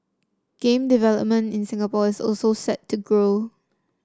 game development in Singapore is also set to grow